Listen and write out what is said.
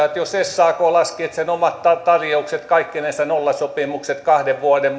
että jos sak laski että sen omat tarjoukset kaikkinensa nollasopimukset kahden vuoden